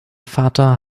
vater